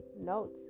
note